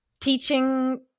teaching